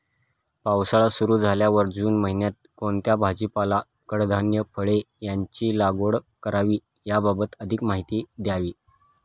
पावसाळा सुरु झाल्यावर जून महिन्यात कोणता भाजीपाला, कडधान्य, फळे यांची लागवड करावी याबाबत अधिक माहिती द्यावी?